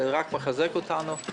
זה רק מחזק אותנו.